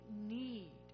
need